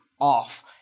off